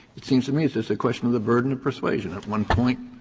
it seems to me it's just a question of the burden of persuasion. at one point,